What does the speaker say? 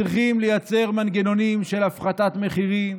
צריכים לייצר מנגנונים של הפחתת מחירים,